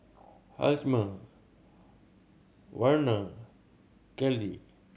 Hjalmer Werner Kelley